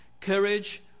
Courage